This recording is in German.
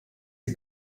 die